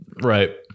Right